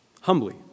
Humbly